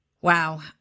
Wow